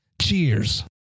Cheers